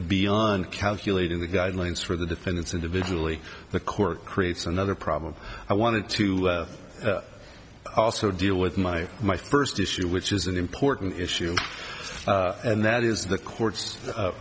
beyond calculating the guidelines for the defendants individually the court creates another problem i wanted to also deal with my my first issue which is an important issue and that is the courts